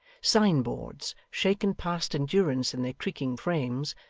signboards, shaken past endurance in their creaking frames,